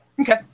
Okay